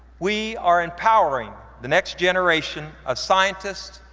we are empowering the next generation of scientists,